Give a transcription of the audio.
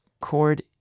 Chord